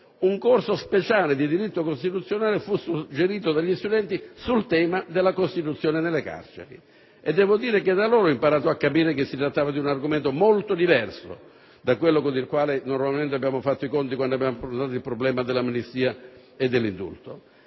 un corso speciale di diritto costituzionale fu suggerito dagli studenti sul tema della Costituzione nelle carceri. Da loro ho imparato a capire che si trattava di un argomento molto diverso da quello con il quale abbiamo fatto i conti quando abbiamo affrontato il problema dell'amnistia e dell'indulto.